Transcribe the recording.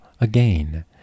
again